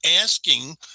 asking